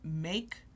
make